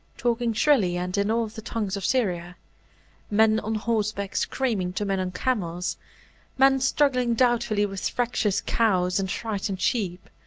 talking shrilly and in all the tongues of syria men on horseback screaming to men on camels men struggling doubtfully with fractious cows and frightened sheep